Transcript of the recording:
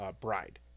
bride